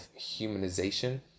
humanization